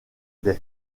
dei